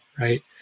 right